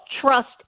trust